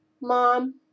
Mom